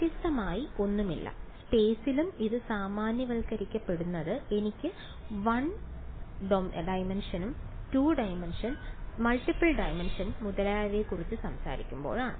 വ്യത്യസ്തമായി ഒന്നുമില്ല സ്പേസിലും ഇത് സാമാന്യവൽക്കരിക്കപ്പെടുന്നത് എനിക്ക് one dimension two dimension multiple dimension മുതലായവയെക്കുറിച്ച് സംസാരിക്കാം